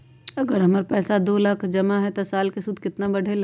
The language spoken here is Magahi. अगर हमर पैसा दो लाख जमा है त साल के सूद केतना बढेला?